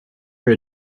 your